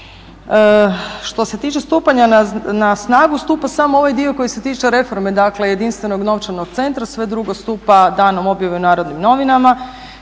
Što se tiče stupanja na snagu, stupa samo ovaj dio koji se tiče reforme, dakle jedinstvenog novčanog centra, sve drugo stupa danom objave u Narodnim novinama.